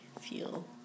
feel